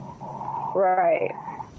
Right